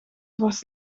was